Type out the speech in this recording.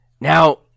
Now